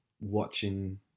watching